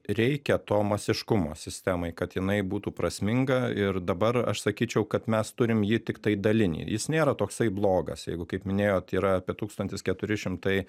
reikia to masiškumo sistemai kad jinai būtų prasminga ir dabar aš sakyčiau kad mes turim jį tiktai dalinį jis nėra toksai blogas jeigu kaip minėjot yra apie tūkstantis keturi šimtai